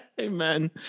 Amen